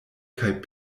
kaj